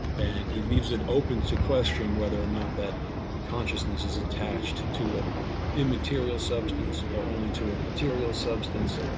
and he leaves it open to question whether or not that consciousness is attached to an immaterial substance or only to a material substance.